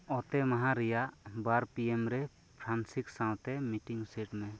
ᱚᱛᱮᱢᱟᱦᱟ ᱨᱮᱭᱟᱜ ᱵᱟᱨ P M ᱨᱮ ᱯᱷᱨᱟᱱᱥᱤᱠ ᱥᱟᱶᱛᱮ ᱢᱤᱴᱤᱝ ᱥᱮᱴ ᱢᱮ